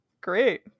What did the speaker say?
great